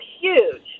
huge